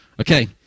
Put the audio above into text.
Okay